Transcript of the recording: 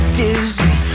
dizzy